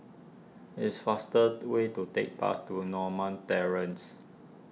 it's faster way to take the bus to Norma Terrace